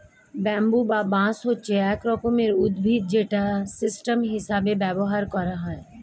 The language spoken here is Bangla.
ব্যাম্বু বা বাঁশ হচ্ছে এক রকমের উদ্ভিদ যেটা স্টেম হিসেবে ব্যবহার করা হয়